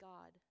God